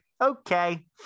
okay